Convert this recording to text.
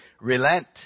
relent